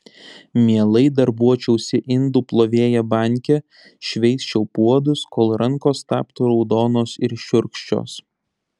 mielai darbuočiausi indų plovėja banke šveisčiau puodus kol rankos taptų raudonos ir šiurkščios